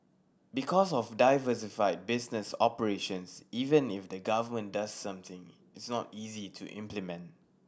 because of diversified business operations even if the Government does something it's not easy to implement